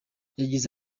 yagize